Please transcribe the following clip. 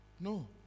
No